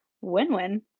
win-win